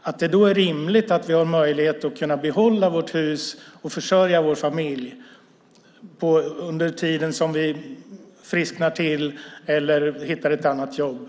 har möjlighet att behålla vårt hus och försörja vår familj under den tid vi frisknar till eller hittar ett annat jobb.